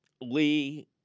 Lee